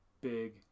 big